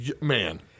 Man